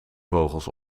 vogels